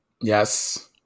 Yes